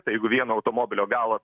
tai jeigu vieno automobilio galą